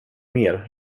mer